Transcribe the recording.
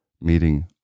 meeting